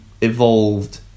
evolved